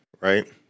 right